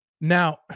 Now